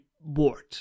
board